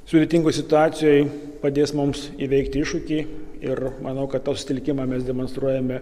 sudėtingoj situacijoj padės mums įveikti iššūkį ir manau kad sutelkimą mes demonstruojame